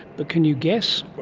but can you guess?